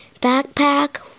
backpack